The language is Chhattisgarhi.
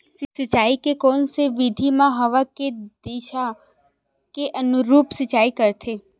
सिंचाई के कोन से विधि म हवा के दिशा के अनुरूप सिंचाई करथे?